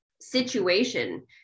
situation